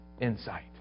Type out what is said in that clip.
insight